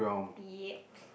ya